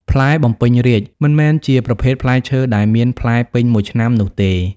ផ្លែបំពេញរាជ្យមិនមែនជាប្រភេទផ្លែឈើដែលមានផ្លែពេញមួយឆ្នាំនោះទេ។